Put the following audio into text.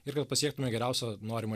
ir kad pasiektume geriausią norimą